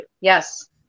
Yes